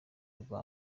rwa